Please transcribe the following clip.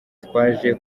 twaje